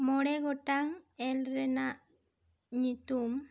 ᱢᱚᱬᱮ ᱜᱚᱴᱟᱝ ᱮᱞ ᱨᱮᱱᱟᱜ ᱧᱩᱛᱩᱢ